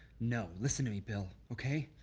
no, listen to me b ill, okay?